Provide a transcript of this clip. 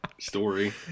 story